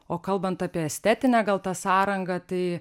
o kalbant apie estetinę gal tą sąrangą tai